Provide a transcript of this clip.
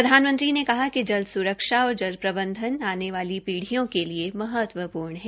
प्रधानमंत्री ने कहा है कि जल सुरक्षा और जल प्रबंधन आने वाली पीढियों के लिए महत्वपूर्ण है